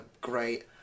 great